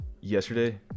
yesterday